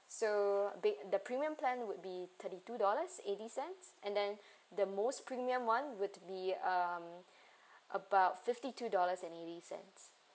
so ba~ the premium plan would be thirty two dollars eighty cents and then the most premium [one] would be um about fifty two dollars and eighty cents